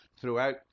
throughout